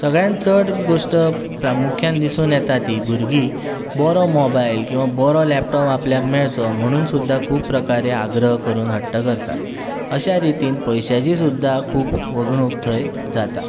सगळ्यांत चड गोश्ट प्रामुख्यान दिसून येता तीं भुरगीं बरो मोबायल किंवा बरो लेपटॉप आपल्याक मेळचो म्हणून सुद्दां खूब प्रकारे आग्रह करून हट्ट करतात अश्या रितीन पयशांची सुद्दां खूब वगणूक थंय जाता